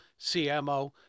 CMO